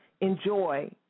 Enjoy